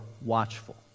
watchful